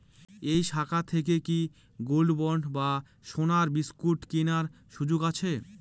এই শাখা থেকে কি গোল্ডবন্ড বা সোনার বিসকুট কেনার সুযোগ আছে?